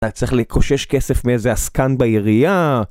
אתה צריך לקושש כסף מאיזה עסקן בעירייה